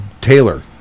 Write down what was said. taylor